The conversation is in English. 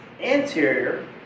Anterior